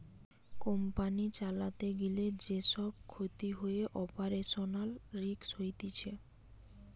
company চালাতে গিলে যে সব ক্ষতি হয়ে অপারেশনাল রিস্ক হতিছে